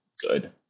good